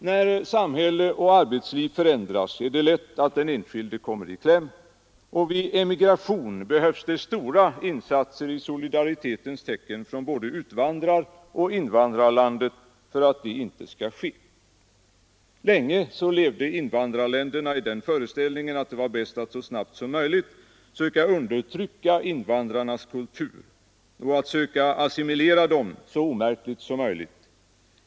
När samhälle och arbetsliv förändras är det lätt att den enskilde kommer i kläm, och vid emigration behövs det stora insatser i solidaritetens tecken från både utvandraroch invandrarlandet för att det inte skall ske. Länge levde invandrarländerna i den föreställningen, att det var bäst att så snabbt som möjligt söka undertrycka invandrarnas kultur och att söka assimilera dem så omärkligt som möjligt.